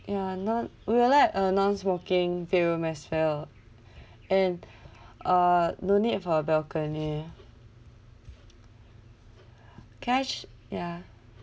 ya non~ we will like a non-smoking view room as well and uh no need for a balcony can I ch~ ya